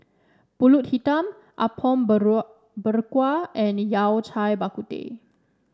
pulut Hitam Apom Berkuah and Yao Cai Bak Kut Teh